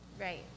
right